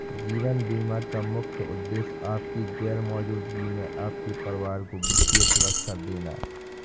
जीवन बीमा का मुख्य उद्देश्य आपकी गैर मौजूदगी में आपके परिवार को वित्तीय सुरक्षा देना